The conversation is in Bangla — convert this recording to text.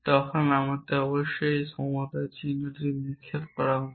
তখন আমাদের অবশ্যই এখানে সমতা চিহ্নটি নিক্ষেপ করা উচিত